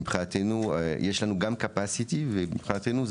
מבחינתנו יש לנו גם תפוסה ומבחינתנו,